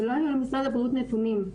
ולא היו למשרד הבריאות נתונים.